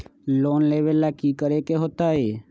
Loan लेवेला की करेके होतई?